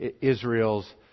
Israel's